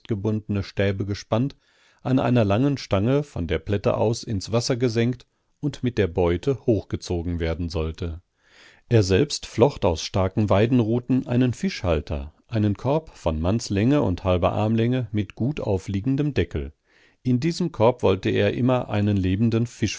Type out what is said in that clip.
festgebundene stäbe gespannt an einer langen stange von der plätte aus ins wasser gesenkt und mit der beute hochgezogen werden sollte er selbst flocht aus starken weidenruten einen fischhalter einen korb von mannslänge und halber armlänge mit gut aufliegendem deckel in diesem korb wollte er immer einen lebenden